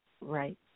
right